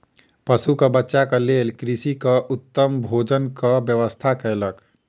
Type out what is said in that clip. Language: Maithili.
पशुक बच्चाक लेल कृषक उत्तम भोजनक व्यवस्था कयलक